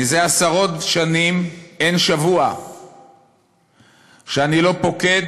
זה עשרות שנים אין שבוע שאני לא פוקד